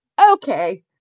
Okay